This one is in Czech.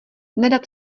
nerad